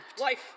Life